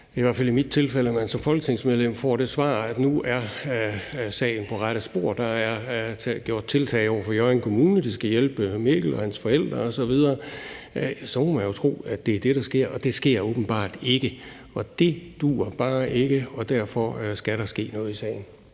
i hvert fald i mit tilfælde som folketingsmedlem får det svar, at nu er sagen på rette spor, og at der er blevet taget tiltag over for Hjørring Kommune, med hensyn til at de skal hjælpe Mikkel og hans forældre osv., så må man jo tro, at det er det, der sker, men det sker åbenbart ikke. Det duer bare ikke, og derfor skal der ske noget i sagen.